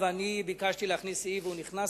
ביקשתי להכניס לחוק סעיף, והוא נכנס,